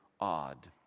odd